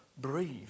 breathe